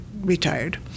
retired